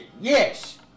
yes